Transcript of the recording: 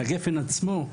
על הגפ"ן עצמו,